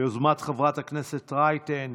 ביוזמת חברת הכנסת רייטן,